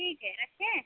ठीक है रखें